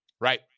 Right